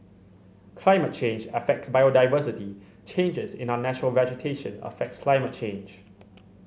climate change affects biodiversity changes in our natural vegetation affects climate change